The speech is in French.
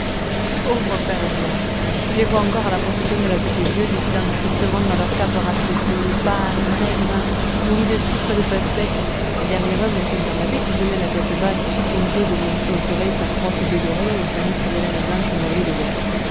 pauvres pères blancs je les vois encore à la procession de la fête-dieu défilant tristement dans leurs capes rapiécées pâles maigres nourris de citres et de pastèques et derrière eux monseigneur l'abbé qui venait la tête basse tout honteux de montrer au soleil sa crosse dédorée et sa mitre de laine blanche mangée des vers